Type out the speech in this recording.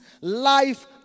Life